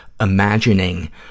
imagining